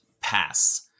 pass